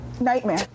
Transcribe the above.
Nightmare